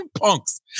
punks